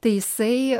tai jisai